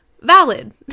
valid